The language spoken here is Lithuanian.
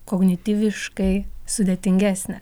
kognityviškai sudėtingesnę